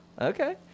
okay